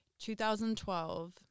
2012